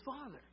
Father